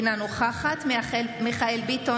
אינה נוכחת מיכאל מרדכי ביטון,